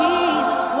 Jesus